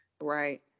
right